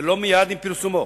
ולא מייד עם פרסומו.